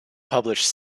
published